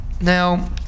Now